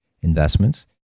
investments